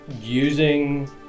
using